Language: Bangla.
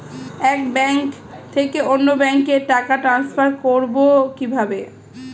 এক ব্যাংক থেকে অন্য ব্যাংকে টাকা ট্রান্সফার করবো কিভাবে?